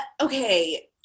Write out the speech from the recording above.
okay